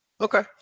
Okay